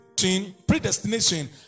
predestination